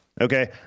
Okay